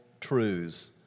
truths